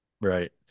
Right